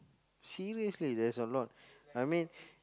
seriously there's a lot I mean